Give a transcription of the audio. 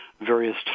various